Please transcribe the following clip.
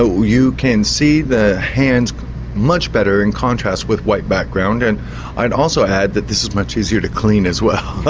so you can see the hands much better in contrast with white background, and i'd also add that this is much easier to clean, as well